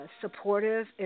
supportive